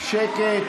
שקט.